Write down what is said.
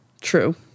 true